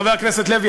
חבר הכנסת לוי,